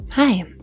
Hi